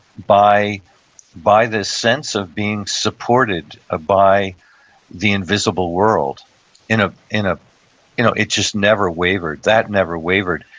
by by this sense of being supported ah by the invisible world in ah a, ah you know it just never wavered. that never wavered.